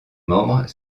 membres